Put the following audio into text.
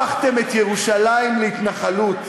הפכתם את ירושלים להתנחלות: